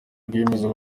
rwiyemezamirimo